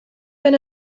been